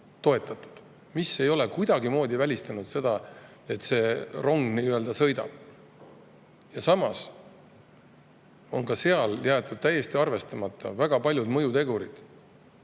see ei ole kuidagimoodi välistanud seda, et see nii-öelda rong sõidab. Ja samas on ka seal jäetud täiesti arvestamata väga paljud mõjutegurid,